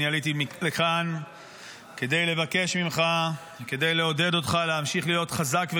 אני עליתי לכאן כדי לבקש ממך וכדי לעודד אותך להמשיך להיות חזק וגיבור,